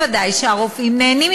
ודאי שהרופאים נהנים,